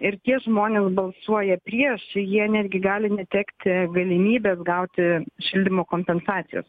ir tie žmonės balsuoja prieš jie netgi gali netekti galimybės gauti šildymo kompensacijos